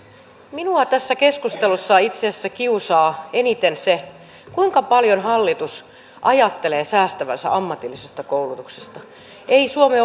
minua tässä keskustelussa itse asiassa kiusaa eniten se kuinka paljon hallitus ajattelee säästävänsä ammatillisesta koulutuksesta ei suomen